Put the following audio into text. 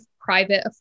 private